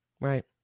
Right